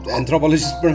anthropologist